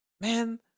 Man